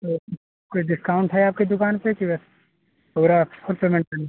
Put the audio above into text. तो कुछ डिस्काउंट है आपकी दुकान पर कि बस पूरा फुल पेमेंट पर मिल